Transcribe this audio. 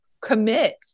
commit